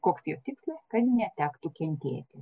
koks jo tikslas kad netektų kentėti